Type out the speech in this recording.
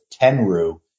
Tenru